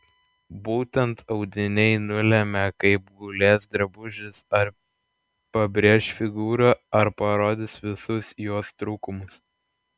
būtent audiniai nulemia kaip gulės drabužis ar pabrėš figūrą ar parodys visus jos trūkumus